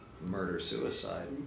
murder-suicide